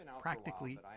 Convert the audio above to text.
practically